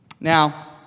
Now